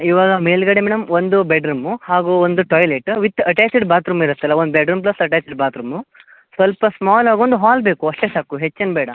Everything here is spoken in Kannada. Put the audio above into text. ಇವಾಗ ಮೇಲ್ಗಡೆ ಮೇಡಮ್ ಒಂದು ಬೆಡ್ ರೂಮು ಹಾಗು ಒಂದು ಟಾಯ್ಲೆಟ್ ವಿತ್ ಅಟ್ಯಾಚಡ್ ಬಾತ್ರೂಮ್ ಇರುತ್ತಲ್ಲ ಒಂದು bed room plus attached bathroom ಸ್ವಲ್ಪ ಸ್ಮಾಲಾಗಿ ಒಂದು ಹಾಲ್ ಬೇಕು ಅಷ್ಟೇ ಸಾಕು ಹೆಚ್ಚೇನು ಬೇಡ